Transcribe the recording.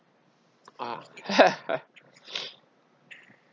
ah